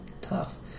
tough